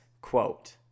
quote